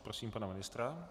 Prosím pana ministra.